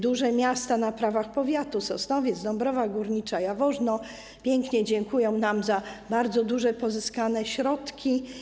Duże miasta na prawach powiatu, Sosnowiec, Dąbrowa Górnicza, Jaworzno, pięknie dziękują nam za bardzo duże pozyskane środki.